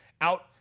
out